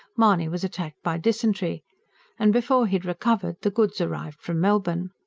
mahony was attacked by dysentery and before he had recovered, the goods arrived from melbourne.